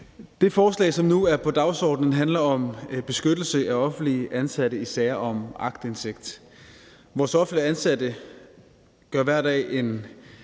Det forslag, som nu er på dagsordenen, handler om beskyttelse af offentligt ansatte i sager om aktindsigt. Vores offentligt ansatte gør hver dag en